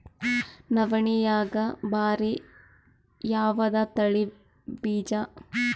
ನವಣಿಯಾಗ ಭಾರಿ ಯಾವದ ತಳಿ ಬೀಜ?